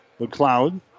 McLeod